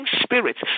spirits